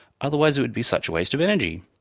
otherwise it would be such a waste of energy!